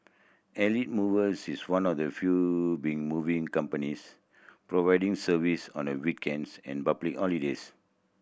Elite Movers is one of the few big moving companies providing service on the weekends and public holidays